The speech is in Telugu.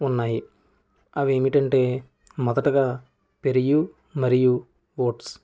ఉన్నాయి అవి ఏమిటంటే మొదటగా పెరుగు మరియు ఓట్స్